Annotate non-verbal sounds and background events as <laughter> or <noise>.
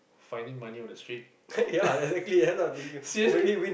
finding money on the street <laughs> seriously